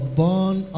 born